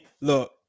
look